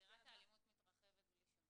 זירת האלימות מתרחבת בלי שום ספק.